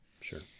Sure